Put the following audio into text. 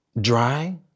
Dry